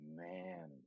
man